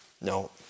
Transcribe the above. No